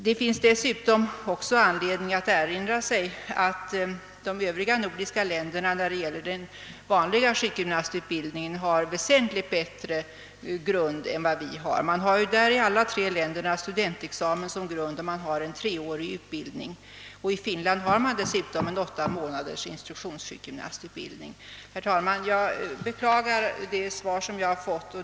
Vi bör dessutom komma ihåg att de övriga nordiska länderna har en väsentligt bättre grund för den vanliga sjukgymnastutbildningen än vi, I alla tre länderna är studentexamen grund, och utbildningen är treårig. I Finland har man vidare en åtta månaders — instruktionssjukgymnastutbildning. Herr talman! Jag beklagar det svar som jag har fått.